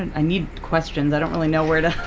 and i need questions, i don't really know where to,